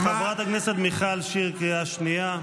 חברת הכנסת מיכל שיר, קריאה שנייה.